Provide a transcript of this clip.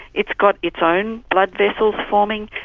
it's got its own blood vessels forming.